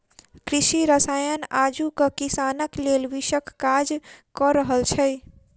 कृषि रसायन आजुक किसानक लेल विषक काज क रहल छै